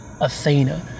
Athena